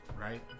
right